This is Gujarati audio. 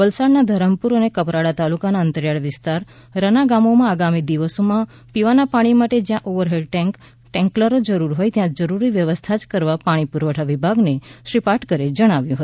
વલસાડના ધરમપુર અને કપરાડા તાલુકાના અંતરિયાળ વિસ્તા રના ગામોમાં આગામી દિવસોમાં પીવાના પાણી માટે જયાં ઓવરહેડ ટેન્કા ટેન્કલરોની જરૂર હોય ત્યાં જરૂરી વ્યવસ્થાજ કરવા પાણી પુરવઠા વિભાગને શ્રી પાટકરે જણાવ્યું હતું